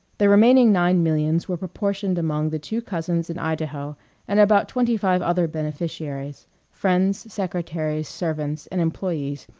the remaining nine millions were proportioned among the two cousins in idaho and about twenty-five other beneficiaries friends, secretaries, servants, and employees,